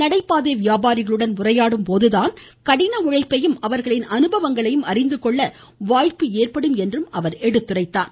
நடை பாதை வியாபாரிகளுடன் உரையாடும்போதுதான் கடின உழைப்பையும் அவர்களின் அனுபவங்களையும் அறிந்துகொள்ள வாய்ப்பு ஏற்படும் என்றும் கூறினார்